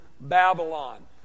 Babylon